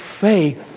faith